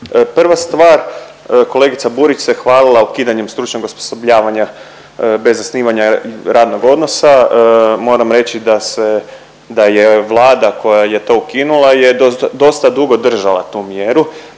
Prva stvar, kolegica Burić se hvalila ukidanjem stručnog osposobljavanja bez zasnivanja radnog odnosa. Moram reći da se, da je vlada koje je to ukinula je dosta dugo držala tu mjeru,